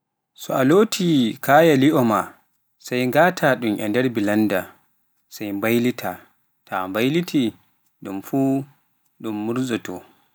So a lotii kaya li'o maa sai ngata ɗum e nder bilanda sai mbaylitaa, taa mbayliti ɗum fuu ɗum murzooto.